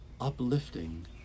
uplifting